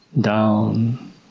down